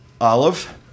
Olive